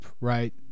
right